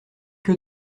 que